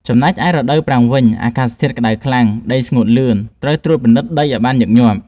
ចំំណែក រដូវប្រាំងវិញ អាកាសធាតុក្តៅខ្លាំង ដីស្ងួតលឿន ត្រូវត្រួតពិនិត្យដីឱ្យបានញឹកញាប់។